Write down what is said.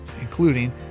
including